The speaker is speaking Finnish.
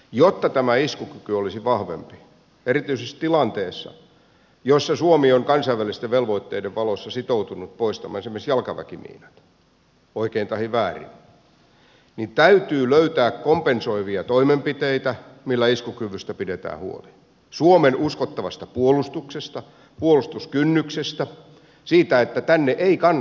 jotta tämä iskukyky olisi vahvempi erityisesti tilanteessa jossa suomi on kansainvälisten velvoitteiden valossa sitoutunut poistamaan esimerkiksi jalkaväkimiinat oikein tahi väärin niin täytyy löytää kompensoivia toimenpiteitä joilla iskukyvystä pidetään huoli suomen uskottavasta puolustuksesta puolustuskynnyksestä siitä että tänne ei kannata tulla